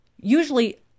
usually